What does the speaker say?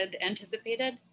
anticipated